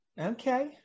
Okay